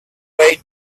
way